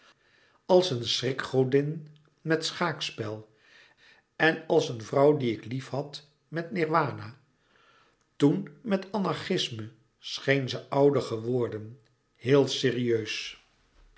als een schrikgodin met schaakspel en als een vrouw die louis couperus metamorfoze ik liefhad met nirwana toen met anarchisme scheen ze ouder geworden heel serieus